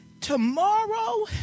Tomorrow